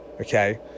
Okay